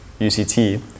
UCT